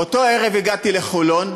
באותו ערב הגעתי לחולון,